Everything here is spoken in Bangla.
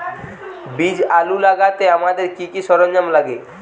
বীজ আলু লাগাতে আমাদের কি কি সরঞ্জাম লাগে?